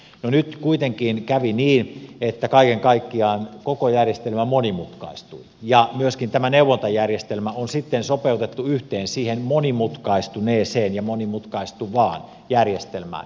no nyt kuitenkin kävi niin että kaiken kaikkiaan koko järjestelmä monimutkaistui ja myöskin tämä neuvontajärjestelmä on sitten sopeutettu siihen monimutkaistuneeseen ja monimutkaistuvaan järjestelmään